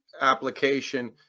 application